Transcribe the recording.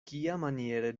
kiamaniere